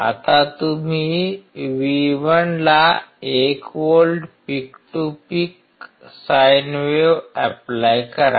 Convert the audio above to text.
आता तुम्ही V1 ला १ volt peak to peak sine wave apply करा